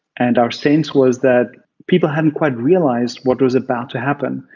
and our sense was that people hadn't quite realized what was about to happen.